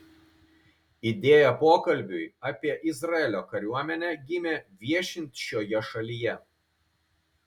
idėja pokalbiui apie izraelio kariuomenę gimė viešint šioje šalyje